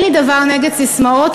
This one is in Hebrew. אין לי דבר נגד ססמאות,